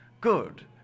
Good